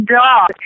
dog